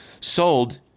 sold